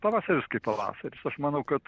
pavasaris kaip pavasaris aš manau kad